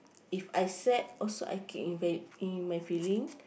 If I sad also I keep in m~ in my feeling